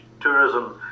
tourism